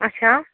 اَچھا